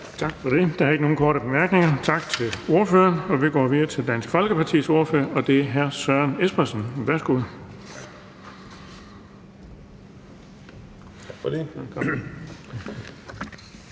Så er der ikke flere korte bemærkninger. Tak til ordføreren. Vi går videre til Dansk Folkepartis ordfører, og det er hr. Alex Ahrendtsen. Værsgo.